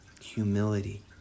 humility